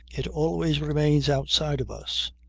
it always remains outside of us.